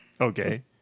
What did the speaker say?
Okay